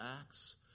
Acts